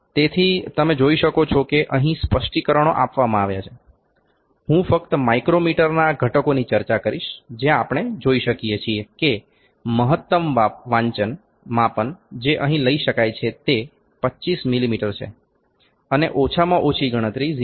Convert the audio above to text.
તેથી તમે જોઈ શકો છો કે અહીં સ્પષ્ટીકરણો આપવામાં આવ્યા છે હું ફક્ત માઇક્રોમીટરના ઘટકોની ચર્ચા કરીશ જે આપણે જોઈ શકીએ છીએ કે મહત્તમ માપન જે અહીં લઈ શકાય છે તે 25 મીમી છે અને ઓછામાં ઓછી ગણતરી 0